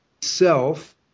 self